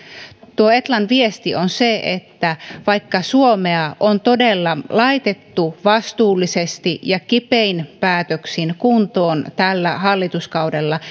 tuo etlan viesti on se että vaikka suomea on todella laitettu vastuullisesti ja kipein päätöksin kuntoon tällä hallituskaudella